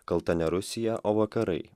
kalta ne rusija o vakarai